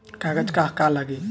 कागज का का लागी?